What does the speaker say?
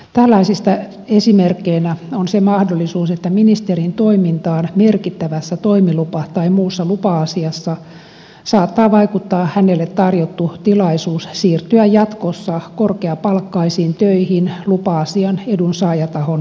tällaisista esimerkkinä on se mahdollisuus että ministerin toimintaan merkittävässä toimilupa tai muussa lupa asiassa saattaa vaikuttaa hänelle tarjottu tilaisuus siirtyä jatkossa korkeapalkkaisiin töihin lupa asian edunsaajatahon palvelukseen